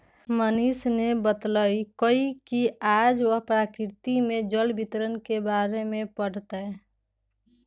मनीष ने बतल कई कि आज वह प्रकृति में जल वितरण के बारे में पढ़ तय